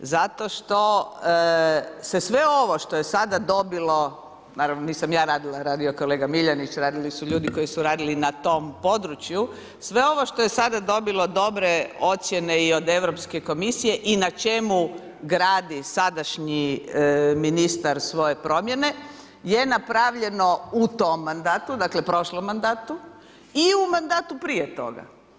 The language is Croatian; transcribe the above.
Zato što se sve ovo što je sada dobilo, naravno nisam ja radila, radio je kolega Miljenić, radili su ljudi koji su radili na tom području, sve ovo što je sada dobilo dobre ocjene i od Europske komisije i o na čemu gradi sadašnji ministar svoje promjene je napravljeno u tom mandatu, dakle prošlom mandatu i u mandatu prije toga.